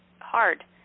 hard